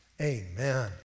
amen